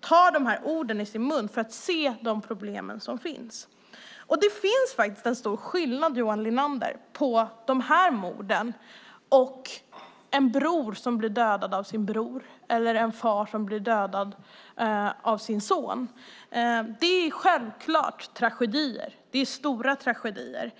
tar de här orden i sin mun och ser de problem som finns. Det finns faktiskt en stor skillnad, Johan Linander, mellan de här morden och en bror som blir dödad av sin bror eller en far som blir dödad av sin son. Det är självklart tragedier. Det är stora tragedier.